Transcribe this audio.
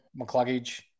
McCluggage